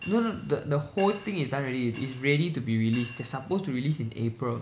no no n~ the the whole thing is done already it's ready to be released they're supposed to be released in april